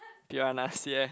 piranhas yeah